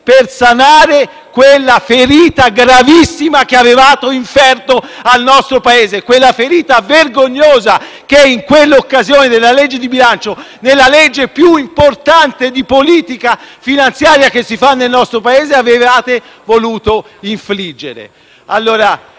per sanare quella ferita gravissima che avete inferto al nostro Paese; quella ferita vergognosa che, in occasione della legge di bilancio, la legge più importante di politica finanziaria varata nel nostro Paese, avete voluto infliggere.